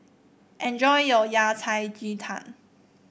enjoy your Yao Cai Ji Tang